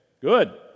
Good